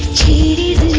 tds